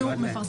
הוא מפרסם.